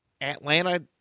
Atlanta